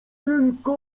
tylko